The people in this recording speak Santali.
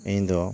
ᱤᱧ ᱫᱚ